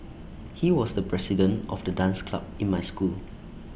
he was the president of the dance club in my school